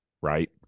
right